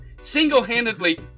Single-handedly